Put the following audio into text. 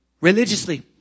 religiously